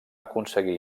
aconseguir